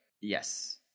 Yes